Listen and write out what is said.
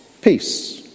peace